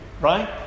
Right